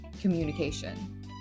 communication